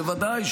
בוודאי,